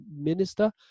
minister